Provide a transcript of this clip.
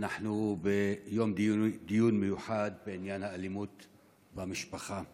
אנחנו ביום דיון מיוחד בעניין האלימות במשפחה,